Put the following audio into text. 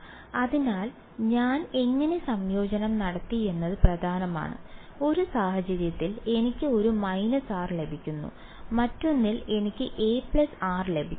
12 അതിനാൽ ഞാൻ എങ്ങനെ സംയോജനം നടത്തിയെന്നത് പ്രധാനമാണ് ഒരു സാഹചര്യത്തിൽ എനിക്ക് ഒരു − r ലഭിക്കുന്നു മറ്റൊന്നിൽ എനിക്ക് a r ലഭിക്കും